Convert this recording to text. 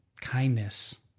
kindness